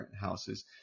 houses